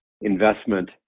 investment